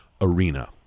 arena